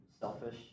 selfish